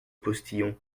postillon